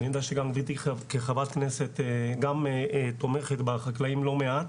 אני יודע שגם גברתי כחברת כנסת תומכת בחקלאים לא מעט.